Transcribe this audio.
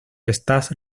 estás